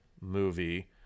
movie